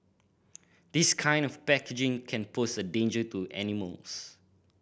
this kind of packaging can pose a danger to animals